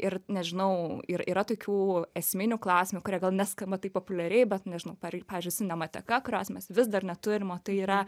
ir nežinau ir yra tokių esminių klausimų kurie gal neskamba taip populiariai bet nežinau per pavyzdžiui sinemateka kurios mes vis dar neturim o tai yra